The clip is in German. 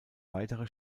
weitere